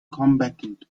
combatant